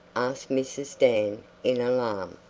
asked mrs. dan in alarm.